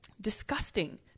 disgusting